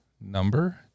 number